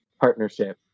partnership